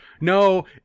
No